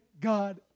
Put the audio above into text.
God